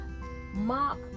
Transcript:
Mark